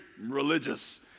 religious